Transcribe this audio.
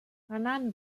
anant